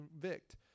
convict